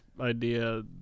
idea